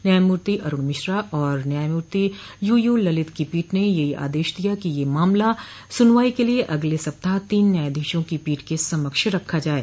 न्यायमूर्ति अरूण मिश्रा और न्यायमूर्ति यूयू ललित की पीठ ने आदेश दिया कि यह मामला सुनवाई के लिए अगले सप्ताह तीन न्यायाधीशों की पीठ के समक्ष रखा जाये